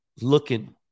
looking